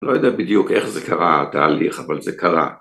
‫לא יודע בדיוק איך זה קרה התהליך, ‫אבל זה קרה.